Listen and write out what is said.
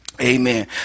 amen